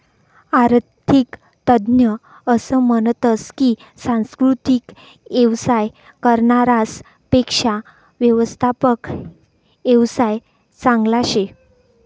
आरर्थिक तज्ञ असं म्हनतस की सांस्कृतिक येवसाय करनारास पेक्शा व्यवस्थात्मक येवसाय चांगला शे